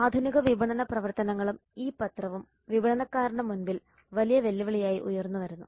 ആധുനിക വിപണന പ്രവർത്തനങ്ങളും ഇ പത്രവും വിപണനക്കാരന്റെ മുന്നിൽ വലിയ വെല്ലുവിളിയായി ഉയർന്നുവരുന്നു